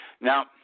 Now